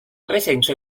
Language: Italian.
presenza